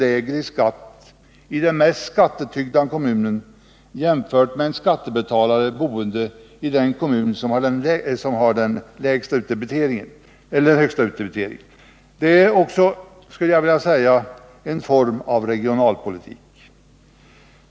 lägre skatt i den mest skattetyngda kommunen jämfört med en skattebetalare boende i den kommun som har den lägsta utdebiteringen. Det är också, skulle jag vilja säga, en form av regionalpolitik.